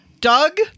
doug